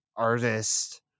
artist